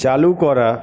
চালু করা